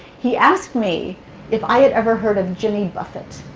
he asked me if i had ever heard of jimmy buffett.